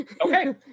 Okay